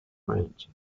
ranch